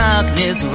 Darkness